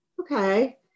okay